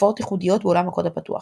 תופעות ייחודיות בעולם הקוד הפתוח